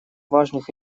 важных